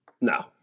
No